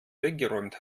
weggeräumt